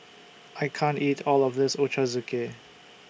I can't eat All of This Ochazuke